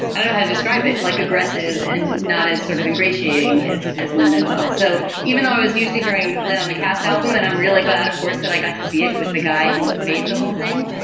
i describe it like aggressive and not as sort of ingratiating as as lindman. well, so even though i was used to hearing lean on the cast album, and i'm really glad, of course, that i got to see it with the guy who made the whole thing.